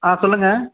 ஆ சொல்லுங்கள்